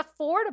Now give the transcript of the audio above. affordable